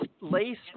laced